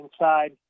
inside